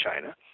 China